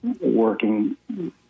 working